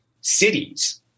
cities